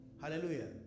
Hallelujah